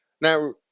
Now